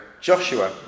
Joshua